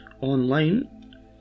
online